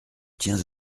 tiens